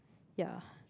ya